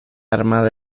armada